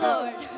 Lord